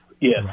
yes